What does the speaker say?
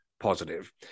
positive